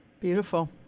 Beautiful